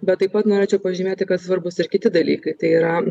bet taip pat norėčiau pažymėti kad svarbūs ir kiti dalykai tai yra